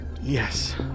Yes